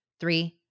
three